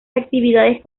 actividades